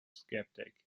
sceptic